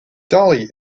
dolly